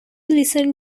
listen